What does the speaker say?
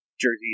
jerseys